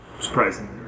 Surprising